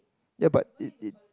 ya but it it